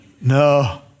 No